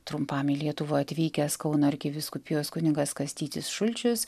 trumpam į lietuvą atvykęs kauno arkivyskupijos kunigas kastytis šulčius